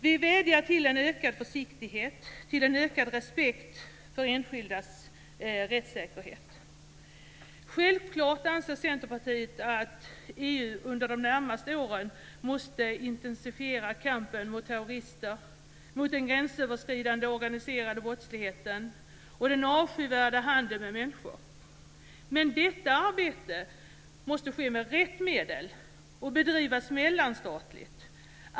Vi manar till en ökad försiktighet, till en ökad respekt för enskildas rättssäkerhet. Självklart anser Centerpartiet att EU under de närmaste åren måste intensifiera kampen mot terrorister, mot den gränsöverskridande organiserade brottsligheten och mot den avskyvärda handeln med människor. Men detta arbete måste ske med rätt medel och bedrivas mellanstatligt.